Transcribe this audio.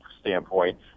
standpoint